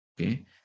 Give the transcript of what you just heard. okay